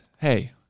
hey